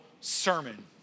sermon